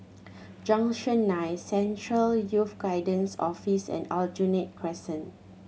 Junction Nine Central Youth Guidance Office and Aljunied Crescent